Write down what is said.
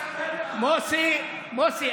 מוסי,